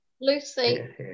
Lucy